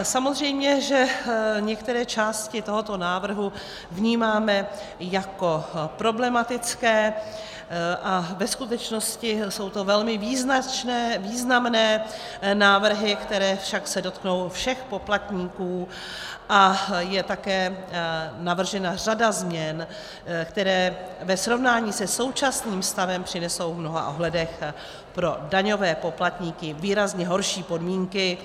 Samozřejmě že některé části tohoto návrhu vnímáme jako problematické, a ve skutečnosti jsou to velmi významné návrhy, které se však dotknou všech poplatníků, a je také navržena řada změn, které ve srovnání se současným stavem přinesou v mnoha ohledech pro daňové poplatníky výrazně horší podmínky.